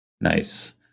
Nice